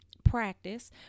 practice